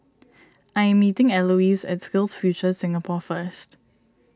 I am meeting Elouise at SkillsFuture Singapore first